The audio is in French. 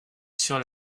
sur